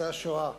בנושא השואה.